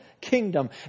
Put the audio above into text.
kingdom